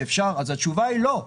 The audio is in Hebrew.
אז התשובה היא לא.